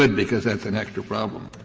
and because that's an extra problem.